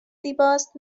زیباست